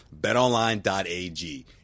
betonline.ag